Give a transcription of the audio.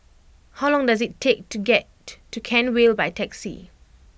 how long does it take to get to Kent Vale by taxi